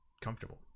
comfortable